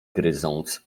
gryząc